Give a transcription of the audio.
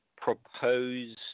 proposed